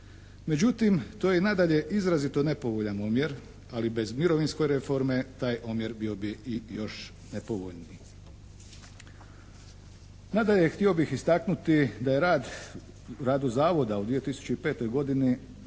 Međutim to je i nadalje izrazito nepovoljan omjer, ali bez mirovinske reforme taj omjer bio bi i još nepovoljniji. Nadalje htio bih istaknuti da je rad, u radu Zavoda u 2005. godini